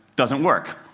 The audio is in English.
doesn't work.